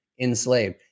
enslaved